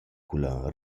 culla